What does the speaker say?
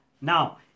Now